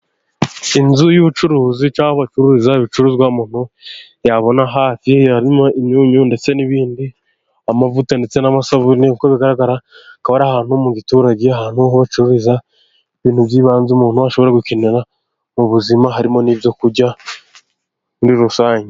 Inzu y'ubucuruzi cyangwa aho bacuruza ibicuruzwa umuntu yabona hafi, harimo imyunyu ndetse n'ibindi, amavuta ndetse n'amasabune. Uko bigaragara akaba ari ahantu mu giturage, ahantu bacururiza ibintu by'ibanze umuntu ashobora gukenera mu buzima, harimo n'ibyo kurya muri rusange.